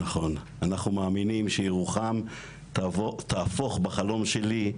אנחנו מאמינים שירוחם תהפוך, בחלום שלי,